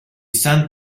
san